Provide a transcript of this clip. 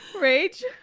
Rage